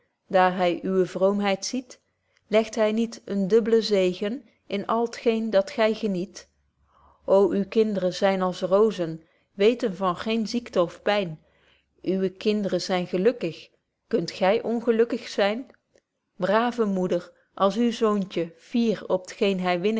daar hy uwe vroomheid ziet legt hy niet een dubblen zegen in al t geen dat gy geniet ô uw kindren zyn als roozen weten van geen ziekte of pyn uwe kinderen zyn gelukkig kunt gy ongelukkig zyn brave moeder als uw zoontje fier